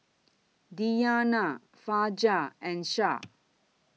Diyana Fajar and Shah